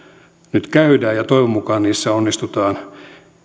nyt käydään toivon mukaan niissä onnistutaan